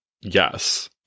yes